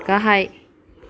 गाहाय